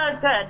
good